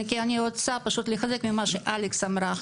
אני רוצה לחזק ממה שאלקס אמרה.